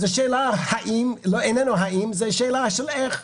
אז אין לנו שאלה האם אלה שאלה של איך.